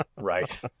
Right